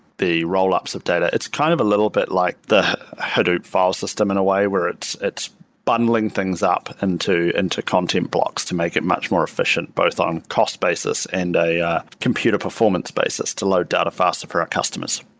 the rollups of data. it's kind of a little bit like the hadoop file system in a way where it's it's bundling things up and into content blocks to make it much more efficient both on cost basis and a a computer performance basis to load data faster for our customers.